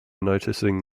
noticing